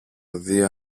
δυο